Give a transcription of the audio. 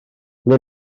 ble